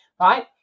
right